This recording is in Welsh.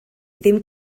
ddim